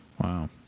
Wow